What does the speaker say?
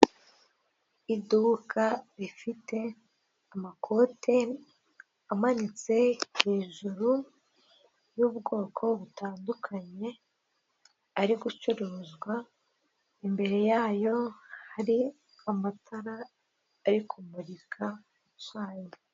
Iduka rifite amakote amanitse hejuru y'ubwoko butandukanye ari gucuruzwa imbere yayo hari amatara ari kumurika yo.